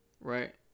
Right